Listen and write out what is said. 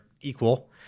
equal